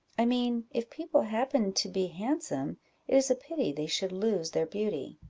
i mean, if people happen to be handsome, it is a pity they should lose their beauty.